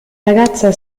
ragazza